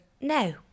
no